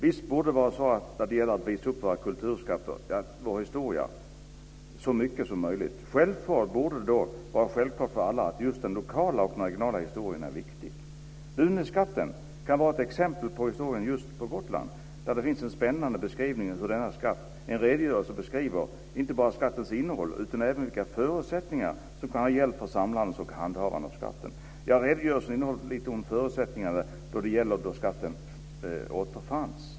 Visst borde det vara så att det gäller att visa upp våra kulturskatter, ja, vår historia, så mycket som möjligt. Självfallet borde det då vara självklart för alla att just den lokala och den regionala historien är viktig. Duneskatten kan vara ett exempel på historien just på Gotland och det finns en spännande beskrivning av just denna skatt. Denna redogörelse beskriver inte bara skattens innehåll utan även vilka förutsättning som kan ha gällt för samlandet och handhavandet av skatten. Ja, redogörelsen innehåller också lite om förutsättningarna som gällde då skatten återfanns.